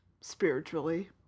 spiritually